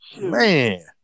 Man